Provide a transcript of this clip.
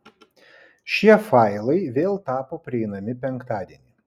šie failai vėl tapo prieinami penktadienį